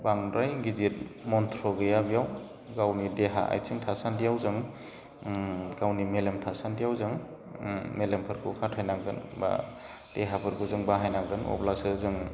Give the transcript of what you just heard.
बांद्राय गिदिर मन्थ्र' गैया बेयाव गावनि देहा आयथिं थासान्दियाव जों गावनि मेलेम थासान्दियाव जों मेलेमफोरखौ खाथायनांगोन बा देहाफोरखौ जों बाहाय नांगोन अब्लासो जोङो